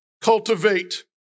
cultivate